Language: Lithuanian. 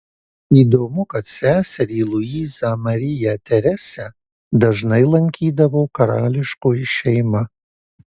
įdomu kad seserį luizą mariją teresę dažnai lankydavo karališkoji šeima